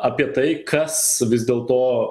apie tai kas vis dėlto